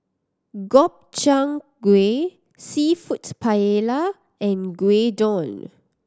Gobchang Gui Seafood Paella and Gyudon